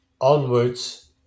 Onwards